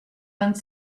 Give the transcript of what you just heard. vingt